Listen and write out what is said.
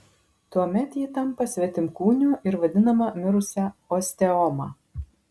tuomet ji tampa svetimkūniu ir vadinama mirusia osteoma